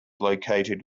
located